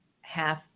half